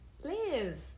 Live